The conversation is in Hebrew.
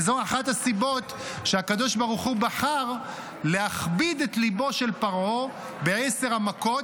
וזו אחת הסיבות שהקדוש ברוך הוא בחר להכביד את ליבו של פרעה בעשר המכות.